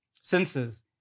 senses